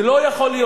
זה לא יכול להיות.